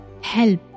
Help